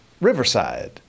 riverside